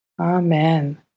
Amen